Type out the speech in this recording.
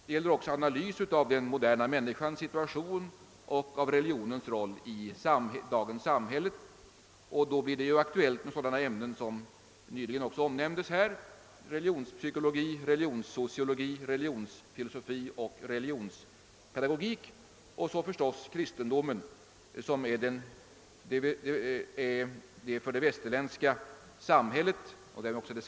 Det gäller också en analys av den moderna människans situation och av religionens roll i dagens samhälle. Det blir då aktuellt med sådana ämnen som nyss omnämndes här, nämligen religionspsykologi, religionssociologi, religionsfilosofi och religionspedagogik och natur ligtvis kristendom som är det för det; västerländska och därmed också det.